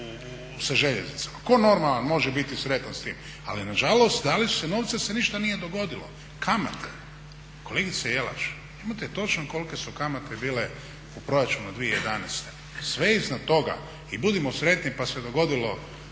sa željeznicama. Tko normalan može biti sretan s tim? Ali na žalost dali su se novci jer se ništa nije dogodilo. Kamate kolegice Jelaš imate točno kolike su kamate bile u proračunu 2011. Sve iznad toga i budimo sretni pa se dogodilo